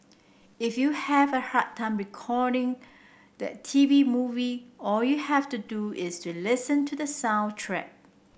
if you have a hard time recalling the T V movie all you have to do is to listen to the soundtrack